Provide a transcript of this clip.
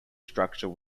structure